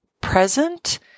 present